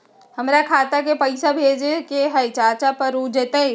हमरा खाता के पईसा भेजेए के हई चाचा पर ऊ जाएत?